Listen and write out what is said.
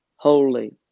holy